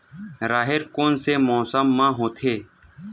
राहेर कोन से मौसम म होथे?